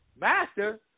master